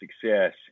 success